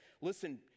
Listen